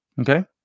Okay